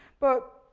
but,